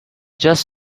just